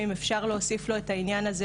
אם אפשר להוסיף לו את העניין הזה.